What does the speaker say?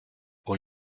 aux